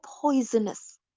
poisonous